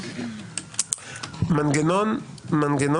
לפעמים זה חשוב לדיון כי זה לעניין